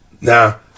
Now